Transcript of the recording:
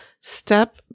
step